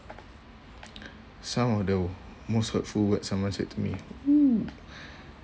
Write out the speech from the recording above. some of the most hurtful words someone said to me !woo!